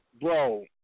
bro